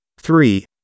three